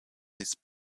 this